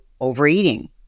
overeating